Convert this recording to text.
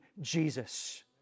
Jesus